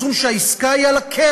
משום שהעסקה היא על הקרח.